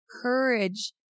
courage